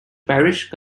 parish